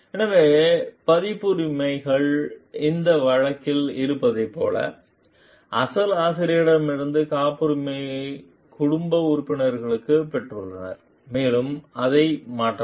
எனவே பதிப்புரிமைகள் இந்த வழக்கில் இருப்பதைப் போல அசல் ஆசிரியரிடமிருந்து காப்புரிமையை குடும்ப உறுப்பினர்கள் பெற்றுள்ளனர் மேலும் அதையும் மாற்றலாம்